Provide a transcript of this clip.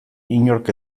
inork